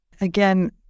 again